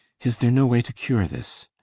is there no way to cure this?